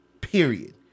period